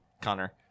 Connor